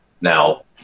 now